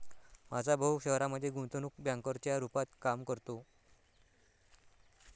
माझा भाऊ शहरामध्ये गुंतवणूक बँकर च्या रूपात काम करतो